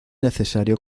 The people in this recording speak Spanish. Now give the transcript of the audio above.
necesario